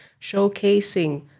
showcasing